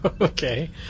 Okay